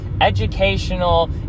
educational